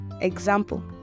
example